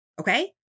Okay